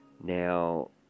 Now